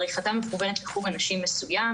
עריכתם מכוונת לחוג אנשים מסוים,